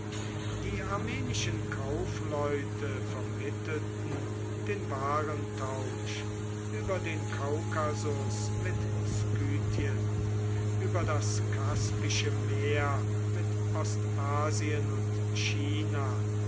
die armenischen kaufleute vermittelten den warentausch über den kaukasus mit skythien über das kaspische meer mit ostasien und china